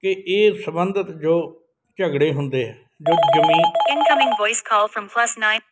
ਕਿ ਇਹ ਸੰਬੰਧਿਤ ਜੋ ਝਗੜੇ ਹੁੰਦੇ ਹੈ